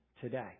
today